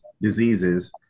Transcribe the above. diseases